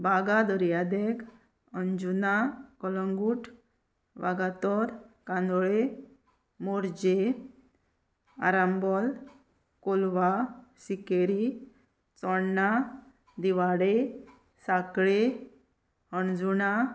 बागा दर्यादेग अंजुना कोलंगूट वागातोर कांदोळे मोरजे आराम कोलवा सिकेरी चोण्णा दिवाडे साकळे अणजुणा